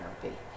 therapy